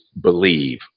believe